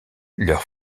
leurs